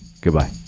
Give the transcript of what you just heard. Goodbye